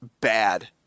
bad